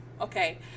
okay